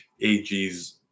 AG's